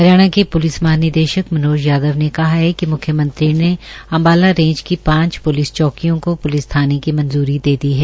हरियाणा के पुलिस महानिदेशक मनोज यादव ने कहा है कि मुख्य मंत्री ने अंबाला रेंज की पांच पुलिस चौंकीयों को पुलिस थानें की मंजूरी दे दी है